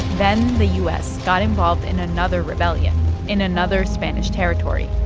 then the u s. got involved in another rebellion in another spanish territory.